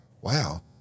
wow